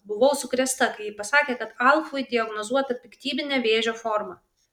buvau sukrėsta kai ji pasakė kad alfui diagnozuota piktybinė vėžio forma